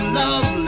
love